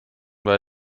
bei